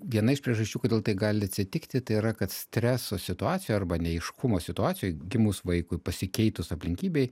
viena iš priežasčių kodėl tai gali atsitikti tai yra kad streso situacijoj arba neaiškumo situacijoj gimus vaikui pasikeitus aplinkybei